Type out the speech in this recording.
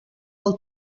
pel